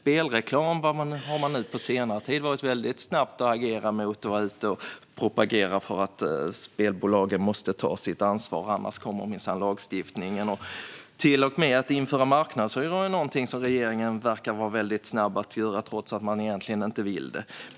På senare tid har man agerat väldigt snabbt mot spelreklam och propagerar för att spelbolagen måste ta sitt ansvar, för annars kommer minsann ny lagstiftning. Till och med att införa marknadshyror är något som regeringen verkar vara väldigt snabb med, trots att den egentligen inte vill det.